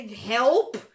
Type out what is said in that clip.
Help